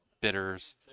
bitters